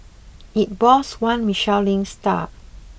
it boasts one Michelin star